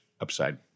upside